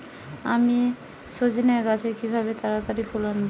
আমি সজনে গাছে কিভাবে তাড়াতাড়ি ফুল আনব?